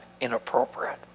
inappropriate